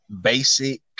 basic